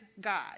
God